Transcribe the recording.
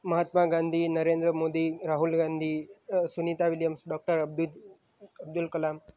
મહાત્મા Gandhi Narendra Modi Rahul Gandhi Sunita Williams doctor અબ અબ્દુલ કલામ